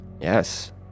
Yes